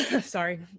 sorry